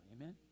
Amen